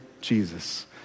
Jesus